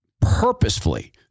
purposefully